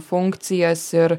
funkcijas ir